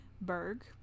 Berg